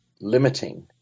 limiting